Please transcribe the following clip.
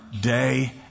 day